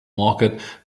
market